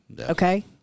Okay